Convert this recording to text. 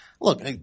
Look